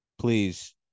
Please